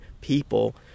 people